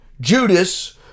Judas